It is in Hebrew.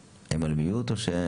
שנגיע.